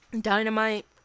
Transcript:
Dynamite